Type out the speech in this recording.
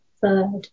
third